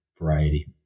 variety